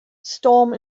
storm